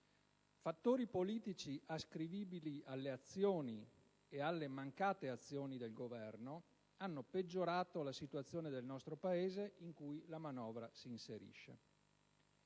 fattori politici ascrivibili alle azioni (e alle mancate azioni) del Governo hanno peggiorato la situazione del Paese in cui la manovra si inserisce.